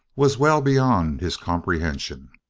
was well beyond his comprehension.